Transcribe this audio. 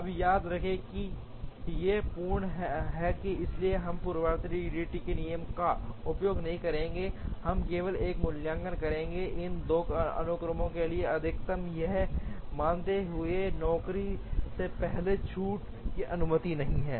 अब याद रखें कि ये पूर्ण हैं क्रम इसलिए हम पूर्ववर्ती ईडीडी नियम का उपयोग नहीं करेंगे हम केवल एल का मूल्यांकन करेंगे इन 2 अनुक्रमों के लिए अधिकतम यह मानते हुए कि नौकरी से पहले छूट की अनुमति नहीं है